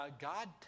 God